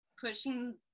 pushing